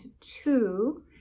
two